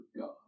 God